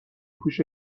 پوش